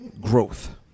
growth